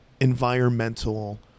environmental